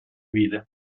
vide